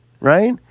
right